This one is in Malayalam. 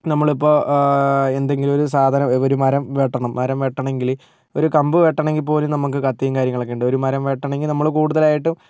നമ്മളിപ്പോൾ എന്തെങ്കിലും ഒരു സാധനം ഒരു മരം വെട്ടണം മരം വെട്ടണമെങ്കില് ഒരു കമ്പ് വെട്ടണമെങ്കിൽ പോലും നമുക്ക് കത്തിയും കാര്യങ്ങളുമൊക്കെയുണ്ട് ഒരു മരം വെട്ടണമെങ്കിൽ നമ്മള് കൂടുതലായിട്ടും